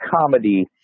comedy